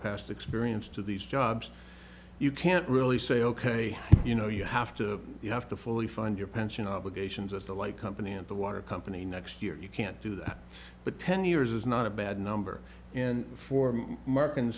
past experience to these jobs you can't really say ok you know you have to you have to fully fund your pension obligations at the light company and the water company next year you can't do that but ten years is not a bad number and for mark